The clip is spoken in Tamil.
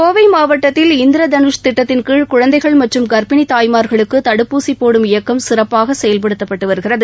கோவை மாவட்டத்தில் இந்திர தனுஷ் திட்டத்தின்கீழ் குழந்தைகள் மற்றும் கர்ப்பிணி தாய்மார்களுக்கு தடுப்பூசி போடும் இயக்கம் சிறப்பாக செய்படுத்தப்பட்டு வருகிறது